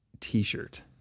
t-shirt